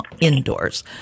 indoors